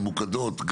ממוקדות,